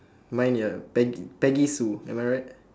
mine ya peg~ peggy sue am I right